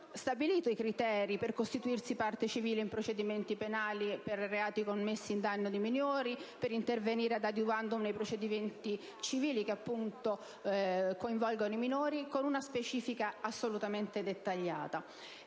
cui il Garante può costituirsi parte civile in procedimenti penali per reati commessi in danno di minori e per intervenire *ad adiuvandum* nei procedimenti civili che, appunto, coinvolgano i minori, con una specifica assolutamente dettagliata.